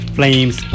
Flames